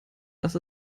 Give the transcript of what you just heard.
dass